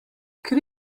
kri